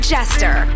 Jester